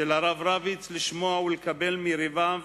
של הרב רביץ לשמוע ולקבל מיריביו